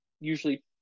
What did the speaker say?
usually